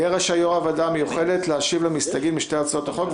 יהיה רשאי יו"ר הוועדה המיוחדת להשיב למסתייגים לשתי הצעות החוק,